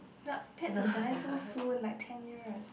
not pets will die so soon like ten years